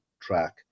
track